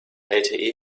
lte